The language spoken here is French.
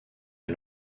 est